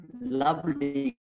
lovely